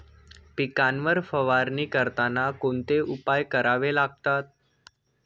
पिकांवर फवारणी करताना कोणते उपाय करावे लागतात?